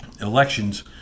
elections